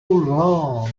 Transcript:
long